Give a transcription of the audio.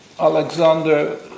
Alexander